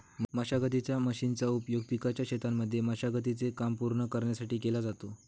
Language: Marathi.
मशागतीच्या मशीनचा उपयोग पिकाच्या शेतांमध्ये मशागती चे काम पूर्ण करण्यासाठी केला जातो